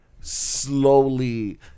slowly